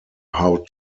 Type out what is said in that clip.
how